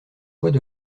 poids